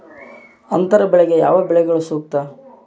ಅಂತರ ಬೆಳೆಗೆ ಯಾವ ಬೆಳೆಗಳು ಸೂಕ್ತ?